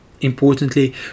Importantly